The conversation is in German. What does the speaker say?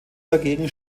dagegen